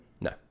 No